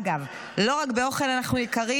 אגב, לא רק באוכל אנחנו יקרים.